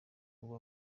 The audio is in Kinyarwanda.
ubu